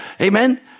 Amen